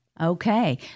Okay